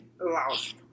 lost